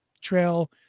trail